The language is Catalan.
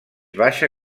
baixa